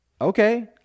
Okay